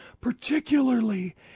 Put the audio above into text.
particularly